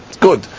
Good